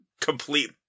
complete